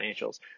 financials